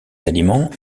aliments